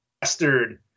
bastard